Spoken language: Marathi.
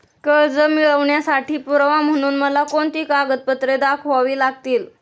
कर्ज मिळवण्यासाठी पुरावा म्हणून मला कोणती कागदपत्रे दाखवावी लागतील?